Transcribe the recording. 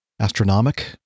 astronomic